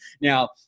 Now